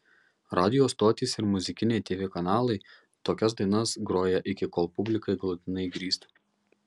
radijo stotys ir muzikiniai tv kanalai tokias dainas groja iki kol publikai galutinai įgrysta